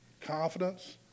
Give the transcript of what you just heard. Confidence